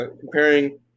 comparing